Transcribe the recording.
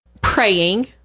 praying